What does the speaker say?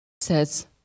says